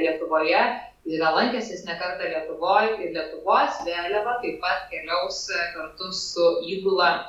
lietuvoje yra lankęsis ne kartą lietuvoj lietuvos vėliava taip pat keliaus kartu su įgula